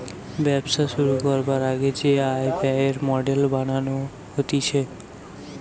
ব্যবসা শুরু করবার আগে যে আয় ব্যয়ের মডেল বানানো হতিছে